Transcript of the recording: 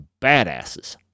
badasses